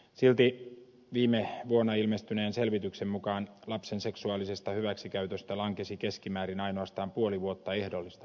silti viime vuonna ilmestyneen selvityksen mukaan lapsen seksuaalisesta hyväksikäytöstä lankesi keskimäärin ainoastaan puoli vuotta ehdollista vankeutta